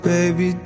Baby